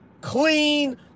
clean